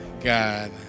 God